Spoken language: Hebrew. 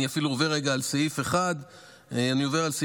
אני עובר לסעיף 2: